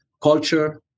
culture